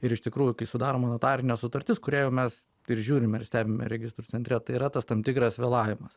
ir iš tikrųjų kai sudaroma notarinė sutartis kurią jau mes ir žiūrime ir stebime registrų centre tai yra tas tam tikras vėlavimas